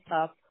Up